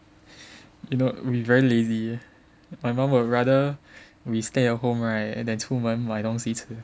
you know we very lazy my mum will rather we stay at home right than 出门买东西吃